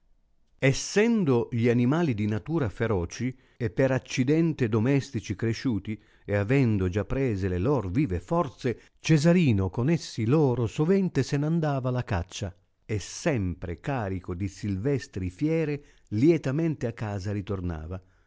essendo gli ainmali di natui a feroci e per accidente domestici cresciuti e avendo già prese le lor vive forze cesai ino con essi loro sovente se n andava alla caccia e sempre carico di silvestri fiere lietamente a casa ritornava